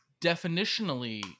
definitionally